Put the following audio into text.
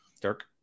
Dirk